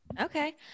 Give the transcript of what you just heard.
Okay